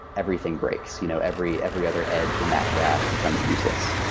everything breaks, you know every every other edge in that graph becomes useless.